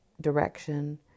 direction